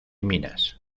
minas